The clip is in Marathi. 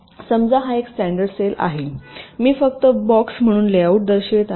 समजा हा एक स्टॅंडर्ड सेल आहे मी फक्त बॉक्स म्हणून लेआउट दर्शवित आहे